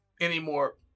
anymore